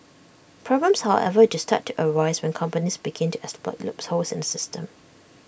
problems however do start to arise when companies begin to exploit loopholes in system